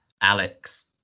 Alex